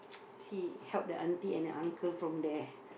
see help the aunty and the uncle from there